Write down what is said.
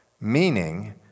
meaning